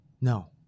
No